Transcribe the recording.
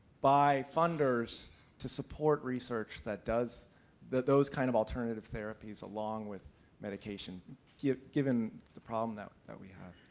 by funders to support research that does that those kind of alternative therapies along with medication yeah given the problem that that we have.